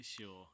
sure